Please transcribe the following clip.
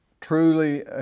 truly